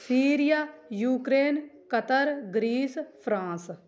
Syria Ukraine Qatar grease France